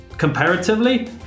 Comparatively